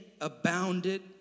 abounded